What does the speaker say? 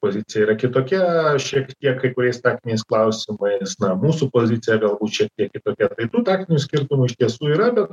pozicija yra kitokia šiek tiek kai kuriais taktiniais klausimais na mūsų pozicija galbūt šiek tiek kitokia tai tų taktinių skirtumų iš tiesų yra bet